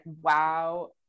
wow